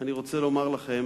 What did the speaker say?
אני רוצה לומר לכם